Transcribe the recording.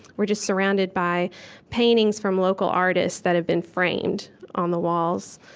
we're just surrounded by paintings from local artists that have been framed on the walls.